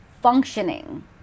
functioning